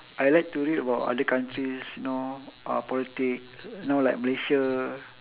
I like to read about other countries you know uh politics you know like malaysia